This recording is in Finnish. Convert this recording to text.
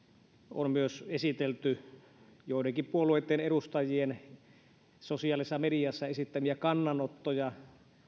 on myös esitelty joidenkin puolueitten edustajien sosiaalisessa mediassa esittämiä kannanottoja